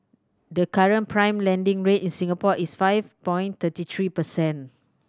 the current prime lending rate in Singapore is five point thirty three percent